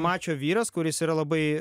mačio vyras kuris yra labai